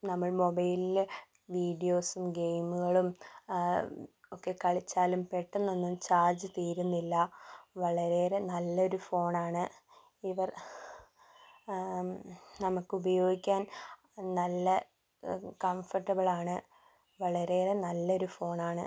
നമ്മൾ മൊബൈലിൽ വീഡിയോസും ഗെയിമുകളും ഒക്കെ കളിച്ചാലും പെട്ടന്നൊന്നും ചാർജ്ജ് തീരുന്നില്ല വളരെയേറെ നല്ലൊരു ഫോൺ ആണ് ഇവർ നമുക്ക് ഉപയോഗിക്കാൻ നല്ല കംഫർട്ടബിൾ ആണ് വളരെയേറെ നല്ലൊരു ഫോൺ ആണ്